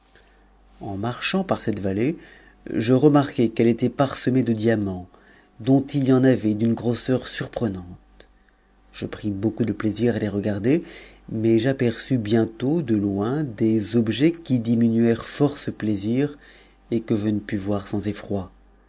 en marchant par cette vallée je remarquai qu'elle était parsemée de diamants dont il y en avait d'une grosseur surprenante je pris beaucoup de plaisir à les regarder mais j'aperçus bientôt de loin des objets qui di ninuërent fort ce plaisir et que je ne pus voir sans effroi